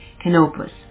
Canopus